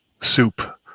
soup